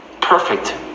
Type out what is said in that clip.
perfect